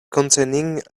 containing